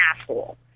asshole